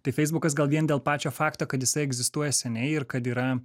tai feisbukas gal vien dėl pačio fakto kad jisai egzistuoja seniai ir kad yra